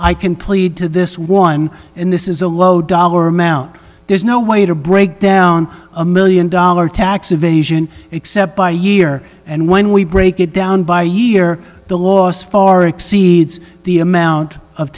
to this one in this is a low dollar amount there's no way to break down a one million dollars tax evasion except by year and when we break it down by year the loss far exceeds the amount of